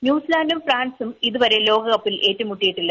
ന്യൂസിലാന്റും പൂഫ്യാൻസും ഇതുവരെ ലോകകപ്പിൽ ഏറ്റുമുട്ടിയിട്ടില്ല